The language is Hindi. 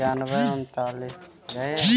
गुलाब तेजी से कैसे बढ़ता है?